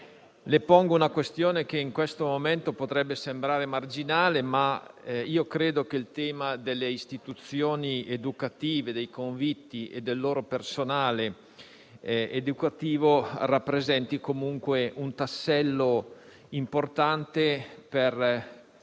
pongo una questione che in questo momento potrebbe sembrare marginale, ma credo che il tema delle istituzioni educative, dei convitti e del loro personale educativo rappresenti comunque un tassello importante per